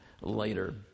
later